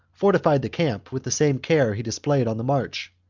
fortified the camp with the same care he displayed on the march,